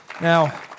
Now